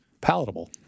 palatable